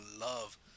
love